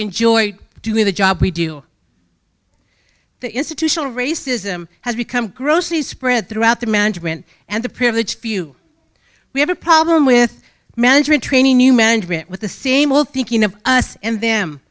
enjoy doing the job we do the institutional racism has become grossly spread throughout the management and the privileged few we have a problem with management training new management with the same will thinking of us and them